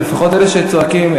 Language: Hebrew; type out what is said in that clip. לפחות אלה שצועקים,